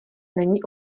není